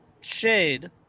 shade